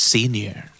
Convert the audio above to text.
Senior